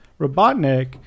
Robotnik